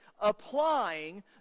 applying